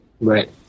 Right